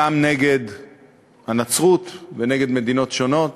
גם נגד הנצרות ונגד מדינות שונות